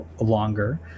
longer